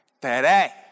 today